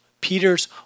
peter's